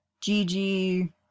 Gigi